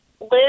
Liz